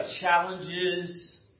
challenges